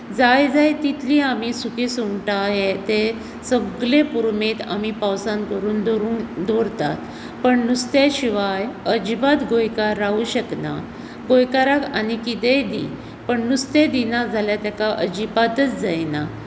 जाय जाय तितली आमी सुकी सुंगटां हें तें सगळे पुरुमेत आमी पावसांत करूंक भरून दवरतात पण नुस्त्या शिवाय अजिबात गोंयकार रावंक शकना गोंयकाराक आनीक किदेंय दी पण नुस्तें दिनात जाल्यार ताका अजिबातूच जायना